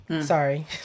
Sorry